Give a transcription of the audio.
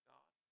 God